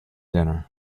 dinner